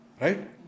right